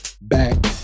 back